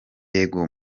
yego